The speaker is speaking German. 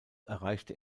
erreichte